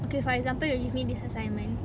okay for example you give me this assignment